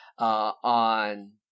on